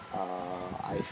uh I've